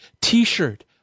t-shirt